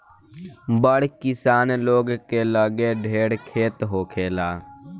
बड़ किसान लोग के लगे ढेर खेत होखेला